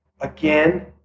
again